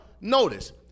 notice